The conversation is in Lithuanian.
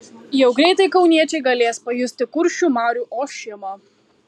jau greitai kauniečiai galės pajusti kuršių marių ošimą